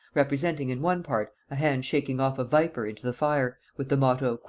representing in one part a hand shaking off a viper into the fire, with the motto,